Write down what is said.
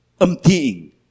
Emptying